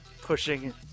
pushing